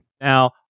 Now